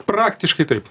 praktiškai taip